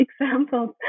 examples